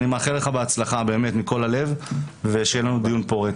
אני מאחל לך בהצלחה מכל הלב ושיהיה לנו דיון פורה.